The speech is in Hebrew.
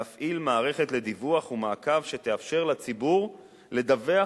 להפעיל מערכת לדיווח ומעקב שתאפשר לציבור לדווח